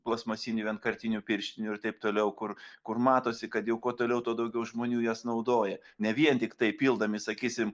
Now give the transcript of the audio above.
plasmasinių vienkartinių pirštinių ir taip toliau kur kur matosi kad jau kuo toliau tuo daugiau žmonių jas naudoja ne vien tiktai pildami sakysim